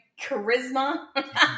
charisma